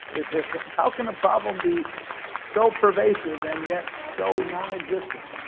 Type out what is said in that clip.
how can a problem be so pervasive and yet so non-existent?